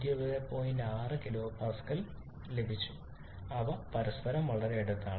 60 kPa ലഭിച്ചു അവ പരസ്പരം വളരെ അടുത്താണ്